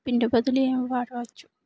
పిండి బదులు ఏం వాడవచ్చు